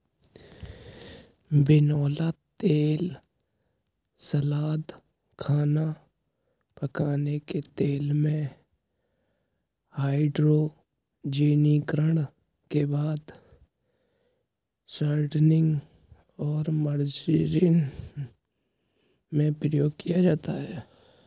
बिनौला तेल सलाद, खाना पकाने के तेल में, हाइड्रोजनीकरण के बाद शॉर्टनिंग और मार्जरीन में प्रयोग किया जाता है